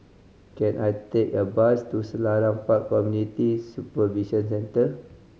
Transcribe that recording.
can I take a bus to Selarang Park Community Supervision Centre